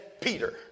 Peter